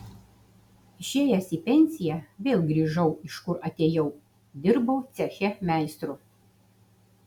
išėjęs į pensiją vėl grįžau iš kur atėjau dirbau ceche meistru